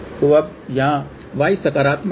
तो अब यहाँ Y सकारात्मक है